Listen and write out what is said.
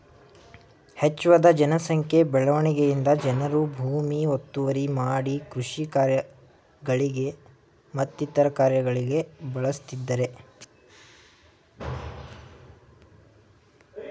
ಹೆಚ್ಜದ ಜನ ಸಂಖ್ಯೆ ಬೆಳವಣಿಗೆಯಿಂದ ಜನರು ಭೂಮಿ ಒತ್ತುವರಿ ಮಾಡಿ ಕೃಷಿ ಕಾರ್ಯಗಳಿಗೆ ಮತ್ತಿತರ ಕಾರ್ಯಗಳಿಗೆ ಬಳಸ್ತಿದ್ದರೆ